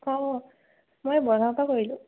অঁ মই বৰগাঙৰ পৰা কৰিলোঁ